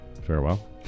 Farewell